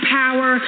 power